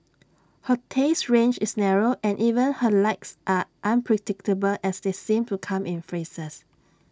her taste range is narrow and even her likes are unpredictable as they seem to come in phases